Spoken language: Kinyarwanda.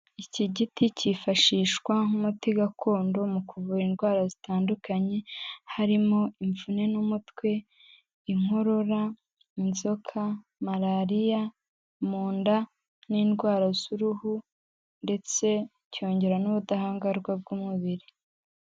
Iki giti cyifashishwa nk'umuti gakondo mu kuvura indwara zitandukanye, harimo imvune n'umutwe, inkorora inzoka, Malariya, mu nda n'indwara z'uruhu ndetse cyongera n'ubudahangarwa bw'umubiri.